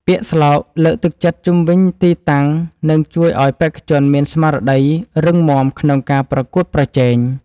ពាក្យស្លោកលើកទឹកចិត្តជុំវិញទីតាំងនឹងជួយឱ្យបេក្ខជនមានស្មារតីរឹងមាំក្នុងការប្រកួតប្រជែង។